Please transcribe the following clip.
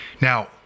Now